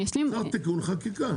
צריך תיקון חקיקה.